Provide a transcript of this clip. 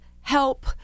help